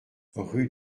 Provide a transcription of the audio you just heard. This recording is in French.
rue